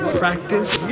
practice